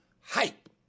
hype